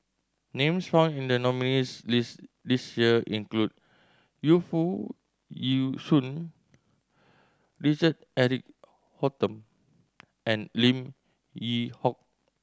names found in the nominees' list this year include Yu Foo Yee Shoon Richard Eric Holttum and Lim Yew Hock